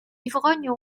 ivrognes